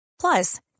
Plus